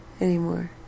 anymore